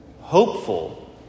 hopeful